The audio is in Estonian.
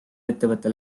ettevõte